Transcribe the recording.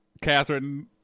catherine